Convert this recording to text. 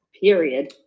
period